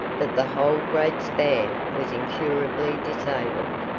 that the whole great span was incurably disabled,